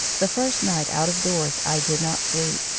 the first night out of doors i did not sleep.